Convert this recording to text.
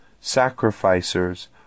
sacrificers